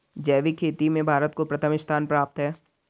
जैविक खेती में भारत को प्रथम स्थान प्राप्त है